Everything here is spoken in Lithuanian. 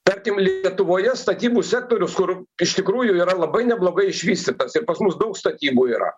tarkim lietuvoje statybų sektorius kur iš tikrųjų yra labai neblogai išvystytas ir pas mus daug statybų yra